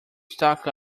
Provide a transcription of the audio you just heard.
stock